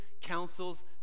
counsels